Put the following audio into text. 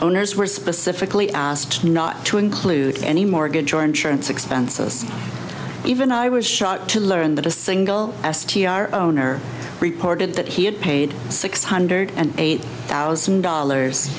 owners were specifically asked not to include any mortgage or insurance expenses even i was shocked to learn that a single s t r owner reported that he had paid six hundred eight thousand dollars